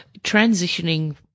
transitioning